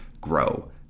grow